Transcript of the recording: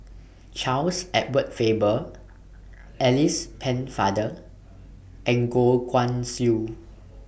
Charles Edward Faber Alice Pennefather and Goh Guan Siew